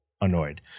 annoyed